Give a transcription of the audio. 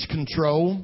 Control